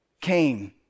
came